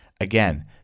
again